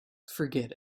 forget